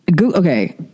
okay